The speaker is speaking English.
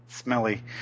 Smelly